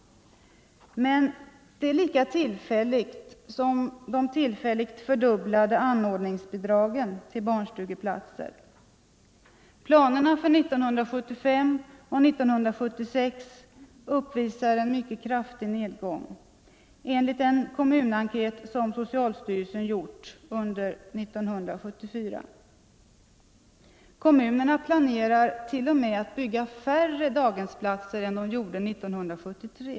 Men det är lika tillfälligt som de tillfälligt fördubblade anordningsbidragen till barnstugeplatser. Planerna för 1975 och 1976 uppvisar en mycket kraftig nedgång enligt en kommunenkät som socialstyrelsen gjort under 1974. Kommunerna planerar t.o.m. att bygga färre daghemsplatser de åren än de gjorde 1973.